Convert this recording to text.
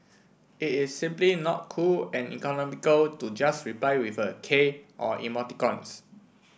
it is simply not cool and economical to just reply with a K or emoticons